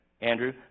Andrew